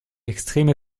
extreme